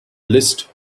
list